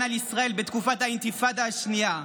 על ישראל בתקופת האינתיפאדה השנייה,